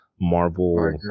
Marvel